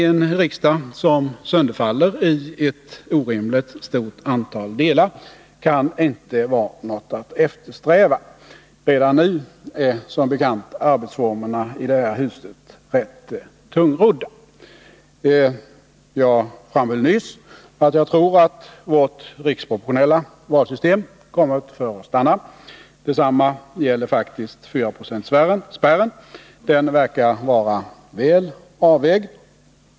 En riksdag, som sönderfaller i ett orimligt stort antal delar, kan inte vara något att eftersträva. Redan nu är som bekant arbetsformerna i det här huset rätt tungrodda. Jag framhöll nyss att jag tror att vårt riksproportionella valsystem kommit för att stanna. Detsamma gäller faktiskt också 4-procentsspärren. Den verkar vara väl avvägd.